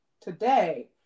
today